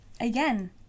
again